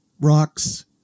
rocks